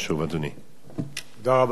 תודה רבה לחבר הכנסת נסים זאב.